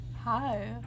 hi